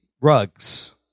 rugs